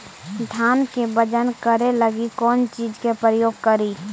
धान के बजन करे लगी कौन चिज के प्रयोग करि?